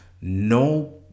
no